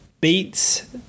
beets